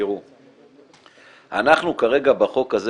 החוק הזה,